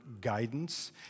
guidance